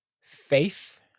faith